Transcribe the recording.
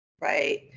right